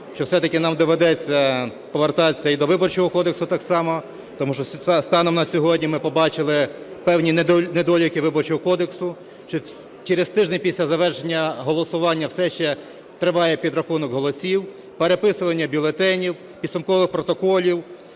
що все-таки нам доведеться повертатися і до Виборчого кодексу так само. Тому що, станом на сьогодні, ми побачили певні недоліки Виборчого кодексу, що через тиждень після завершення голосування все ще триває підрахунок голосів, переписування бюлетенів, підсумкових протоколів,